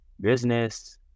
business